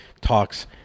talks